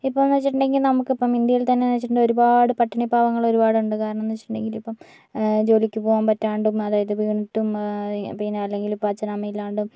ഇപ്പോന്ന് വെച്ചിട്ടുണ്ടെങ്കി നമുക്കിപ്പം ഇന്ത്യയിൽ തന്നെ വെച്ചിട്ടുണ്ടെ ഒരുപാട് പട്ടിണിപ്പാവങ്ങൾ ഒരുപാടുണ്ട് കാരണംന്താന്ന് വെച്ചിട്ടുണ്ടെങ്കില് ഇപ്പം ജോലിക്ക് പോവാൻ പറ്റാണ്ടും അതായത് വീണിട്ടും പിന്ന അല്ലങ്കില് ഇപ്പ അച്ഛൻ അമ്മയില്ലാണ്ടും